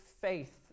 faith